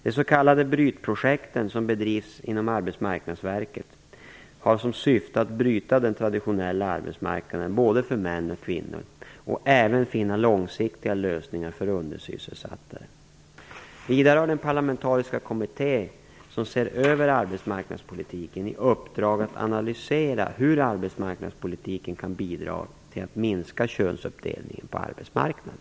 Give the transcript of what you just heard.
De s.k. brytprojekten som bedrivits inom Arbetsmarknadsverket sedan budgetåret 1993/94 har som syfte att bryta den traditionella arbetsmarknaden för både män och kvinnor och även finna långsiktiga lösningar för undersysselsatta. Vidare har den parlamentariska kommitté som ser över arbetsmarknadspolitiken i uppdrag att analysera hur arbetsmarknadspolitiken kan bidra till att minska könsuppdelningen på arbetsmarknaden.